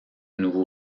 nouveau